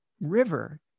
river